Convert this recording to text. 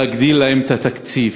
להגדיל להם את התקציב.